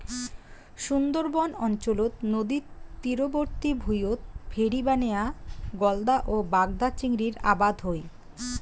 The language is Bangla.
সুন্দরবন অঞ্চলত নদীর তীরবর্তী ভুঁইয়ত ভেরি বানেয়া গলদা ও বাগদা চিংড়ির আবাদ হই